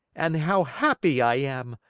and how happy i am,